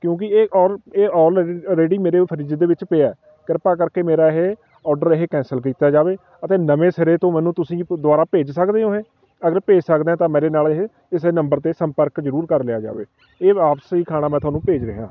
ਕਿਉਂਕਿ ਇਹ ਆਲ ਇਹ ਆਲਰੈਡੀ ਮੇਰੇ ਫਰਿੱਜ ਦੇ ਵਿੱਚ ਪਿਆ ਕ੍ਰਿਪਾ ਕਰਕੇ ਮੇਰਾ ਇਹ ਔਡਰ ਇਹ ਕੈਂਸਲ ਕੀਤਾ ਜਾਵੇ ਅਤੇ ਨਵੇਂ ਸਿਰੇ ਤੋਂ ਮੈਨੂੰ ਤੁਸੀਂ ਦੁਬਾਰਾ ਭੇਜ ਸਕਦੇ ਹੋ ਇਹ ਅਗਰ ਭੇਜ ਸਕਦੇ ਤਾਂ ਮੇਰੇ ਨਾਲ ਇਹ ਇਸੇ ਨੰਬਰ 'ਤੇ ਸੰਪਰਕ ਜ਼ਰੂਰ ਕਰ ਲਿਆ ਜਾਵੇ ਇਹ ਵਾਪਸੀ ਖਾਣਾ ਮੈਂ ਤੁਹਾਨੂੰ ਭੇਜ ਰਿਹਾ ਹਾਂ